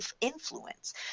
influence